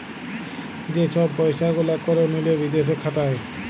যে ছব পইসা গুলা ক্যরে মিলে বিদেশে খাতায়